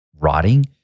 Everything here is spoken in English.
rotting